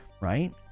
right